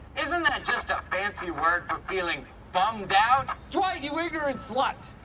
isn't that just a fancy word for feeling bummed out? dwight, you ignorant slut.